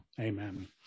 amen